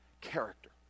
character